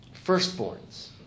Firstborns